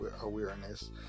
awareness